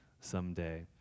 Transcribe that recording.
someday